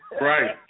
Right